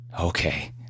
Okay